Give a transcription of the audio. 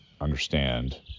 understand